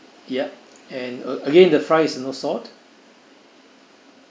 ya and again the fries no salt